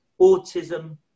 autism